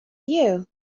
you